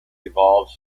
evolved